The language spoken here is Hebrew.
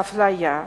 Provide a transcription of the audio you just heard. אפליה